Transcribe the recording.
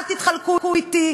אל תתחלקו אתי.